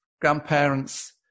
grandparents